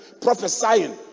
prophesying